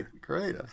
great